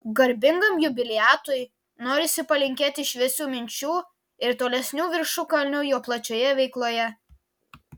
garbingam jubiliatui norisi palinkėti šviesių minčių ir tolesnių viršukalnių jo plačioje veikloje